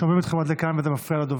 שומעים אתכם עד לכאן וזה מפריע לדובר.